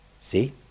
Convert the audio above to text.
See